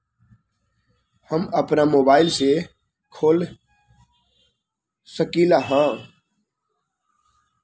हम अपना मोबाइल से खोल सकली ह?